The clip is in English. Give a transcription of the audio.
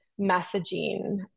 messaging